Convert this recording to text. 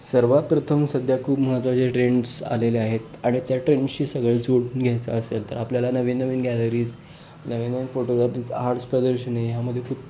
सर्वांत प्रथम सध्या खूप महत्त्वाचे ट्रेंड्स आलेले आहेत आणि त्या ट्रेंड्सशी सगळं जुळवून घ्यायचं असेल तर आपल्याला नवीन नवीन गॅलरीज् नवीन नवीन फोटोग्रापीज् आर्ट्स प्रदर्शने ह्यांमध्ये खूप